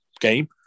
game